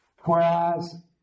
whereas